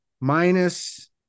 Minus